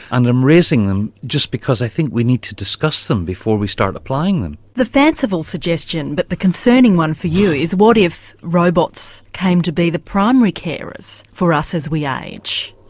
and i'm raising them just because i think we need to discuss them before we start applying them. the fanciful suggestion, but the concerning one for you, is what if robots came to be the primary carers for us as we age?